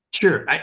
Sure